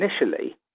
initially